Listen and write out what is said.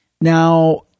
Now